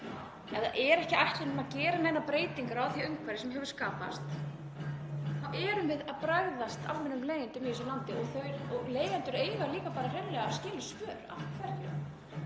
það er ekki ætlunin að gera neinar breytingar á því umhverfi sem hefur skapast þá erum við að bregðast almennum leigjendum í þessu landi og leigjendur eiga líka bara hreinlega skilið svör um af hverju